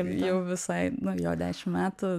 jau visai nu jo dešim metų